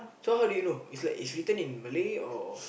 so how do you know it's like it's written in Malay or